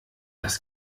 das